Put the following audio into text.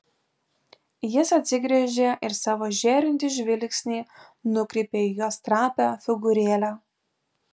jis atsigręžė ir savo žėrintį žvilgsnį nukreipė į jos trapią figūrėlę